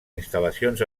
instal·lacions